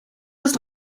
ist